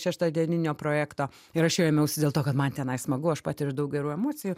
šeštadieninio projekto ir aš jo ėmiausi dėl to kad man tenai smagu aš patiriu daug gerų emocijų